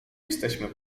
jesteśmy